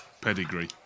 Pedigree